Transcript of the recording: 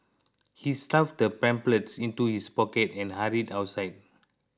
he stuffed the pamphlet into his pocket and hurried outside